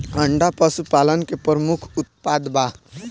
अंडा पशुपालन के प्रमुख उत्पाद बा